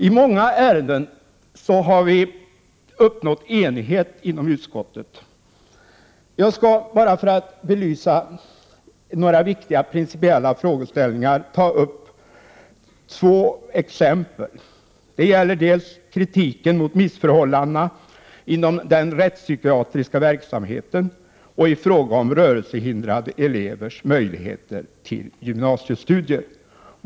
I många ärenden har vi uppnått enighet inom utskottet. Jag skall för att belysa några viktiga principiella frågeställningar ta upp två exempel. Det gäller kritiken mot missförhållanden inom den rättspsykiatriska verksamheten och rörelsehindrade elevers möjligheter till gymnasiestudier.